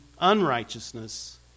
unrighteousness